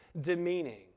demeaning